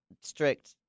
strict